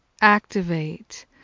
activate